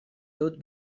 dut